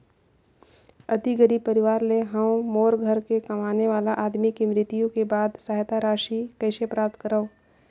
अति गरीब परवार ले हवं मोर घर के कमाने वाला आदमी के मृत्यु के बाद सहायता राशि कइसे प्राप्त करव?